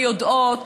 ויודעות,